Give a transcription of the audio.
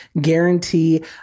guarantee